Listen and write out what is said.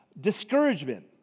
discouragement